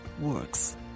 works